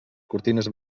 cortines